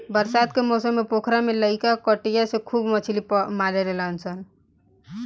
बरसात के मौसम पोखरा में लईका कटिया से खूब मछली मारेलसन